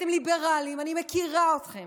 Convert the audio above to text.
אתם ליברלים, אני מכירה אתכם.